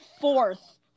fourth